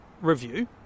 review